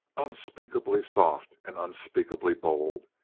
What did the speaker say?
unspeakably soft and unspeakably bold,